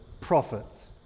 profits